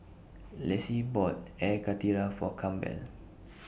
Lacy bought Air Karthira For Campbell